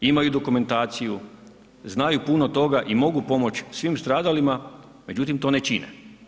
Imaju dokumentaciju, znaju puno toga i mogu pomoći svim stradalima, međutim to ne čine.